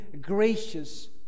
gracious